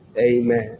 Amen